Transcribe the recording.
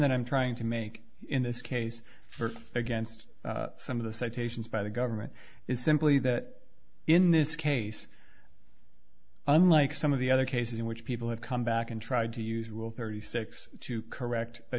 that i'm trying to make in this case against some of the citations by the government is simply that in this case unlike some of the other cases in which people have come back and tried to use rule thirty six to correct